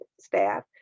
staff